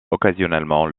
occasionnellement